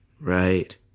Right